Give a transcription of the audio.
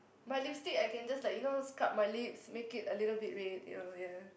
my lipstick I can just like you know scrub my lips make it a little bit red you know you know